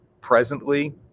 presently